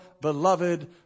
beloved